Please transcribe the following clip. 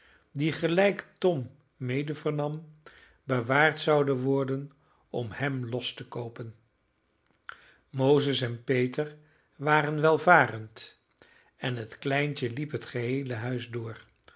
die gelijk tom mede vernam bewaard zouden worden om hem los te koopen mozes en peter waren welvarend en het kleintje liep het geheele huis door